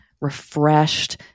refreshed